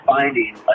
finding